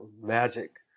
magic